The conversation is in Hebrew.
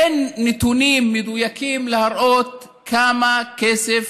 אין נתונים מדויקים שמראים כמה כסף